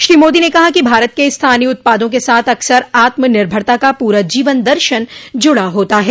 श्रो मोदी ने कहा कि भारत के स्थानीय उत्पादों के साथ अकसर आत्म निर्भरता का पूरा जीवन दर्शन जुड़ा होता है